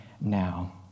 now